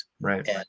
Right